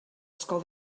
ysgol